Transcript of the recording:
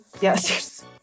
Yes